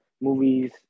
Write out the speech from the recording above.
movies